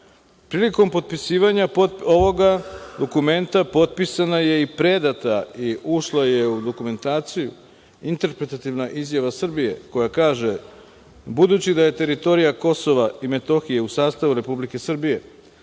način. Prilikom potpisivanja ovoga dokumenta potpisana je i predata i ušla je u dokumentaciju interpretativna izjava Srbije, koja kaže – Budući da je teritorija Kosova i Metohije u sastavu Republike Srbije